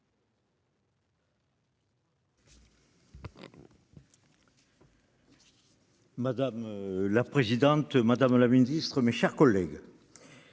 Madame la présidente, madame la ministre, mes chers collègues,